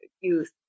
youth